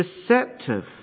deceptive